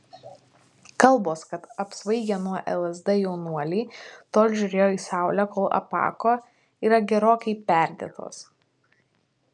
kalbos kad apsvaigę nuo lsd jaunuoliai tol žiūrėjo į saulę kol apako yra gerokai perdėtos